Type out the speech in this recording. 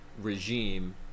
regime